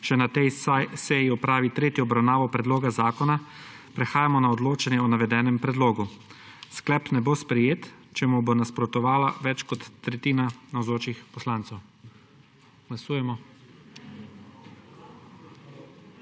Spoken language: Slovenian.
še na tej seji opravi tretjo obravnavo predloga zakona, prehajamo na odločanje o navedenem predlogu. Sklep ne bo sprejet, če mu bo nasprotovala več kot tretjina navzočih poslancev. Ni